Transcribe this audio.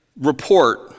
report